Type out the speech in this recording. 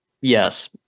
Yes